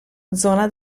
zona